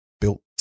built